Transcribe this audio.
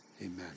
Amen